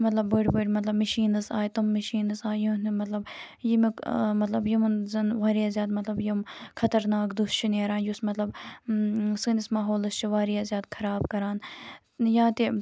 مطلب بٔڑۍ بٔڑۍ مطلب مِشیٖنٕز آیہِ تِم مِشیٖنٕز آیہِ یُہُند نہٕ مطلب ییٚمیُک مطلب یِمَن زَن واریاہ زیادٕ مطلب یِم خطرناک دٔہ چھُ نیران یُس مطلب سٲنِس ماحولَس چھُ واریاہ زیادٕ خراب کَران یا تہِ